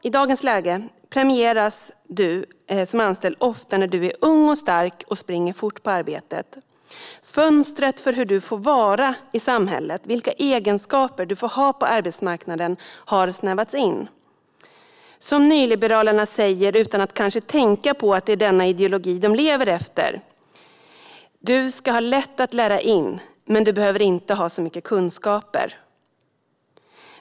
I dagens läge premieras du som anställd ofta när du är ung och stark och springer fort på arbetet. Fönstret för hur du får vara i samhället och vilka egenskaper du får ha på arbetsmarknaden har snävats in. Som nyliberalerna säger utan att kanske tänka på att det är denna ideologi de lever efter: Du ska ha lätt att lära in, men du behöver inte ha mycket kunskaper.